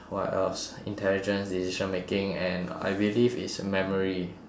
what else intelligence decision making and I believe is memory